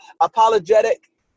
apologetic